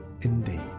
indeed